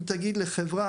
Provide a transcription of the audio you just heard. אם תגיד לחברה,